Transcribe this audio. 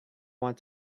want